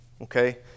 Okay